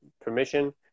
permission